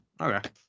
okay